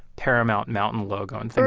paramount mountain logo and things